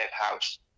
house